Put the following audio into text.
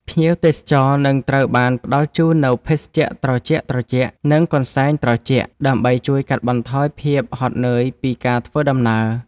ភ្ញៀវទេសចរនឹងត្រូវបានផ្ដល់ជូននូវភេសជ្ជៈត្រជាក់ៗ និងកន្សែងត្រជាក់ ដើម្បីជួយកាត់បន្ថយភាពហត់នឿយពីការធ្វើដំណើរ។